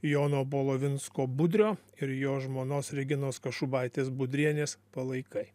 jono bolovinsko budrio ir jo žmonos reginos kašubaitės budrienės palaikai